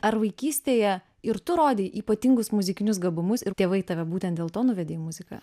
ar vaikystėje ir tu rodei ypatingus muzikinius gabumus ir tėvai tave būtent dėl to nuvedė į muziką